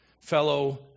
fellow